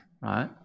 right